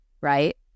Right